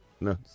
No